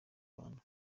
bantu